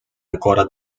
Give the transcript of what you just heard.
ancora